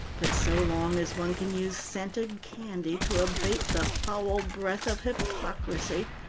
but so long as one can use scented candy to abate the foul breath of hypocrisy,